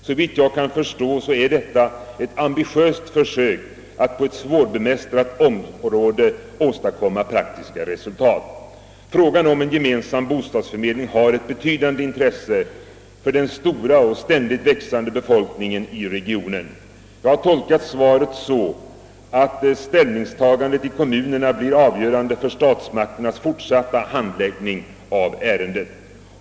Såvitt jag kan förstå är detta ett ambitiöst försök att på ett svårbemästrat område åstadkomma praktiska resultat. Frågan om gemensam bostadsförmedling har betydande intresse för den stora och ständigt växande befolkningen i regionen. Jag tolkar statsrådets svar så att ställningstagandet i kommunerna blir avgörande för statsmakternas fortsatta handläggning av ärendet.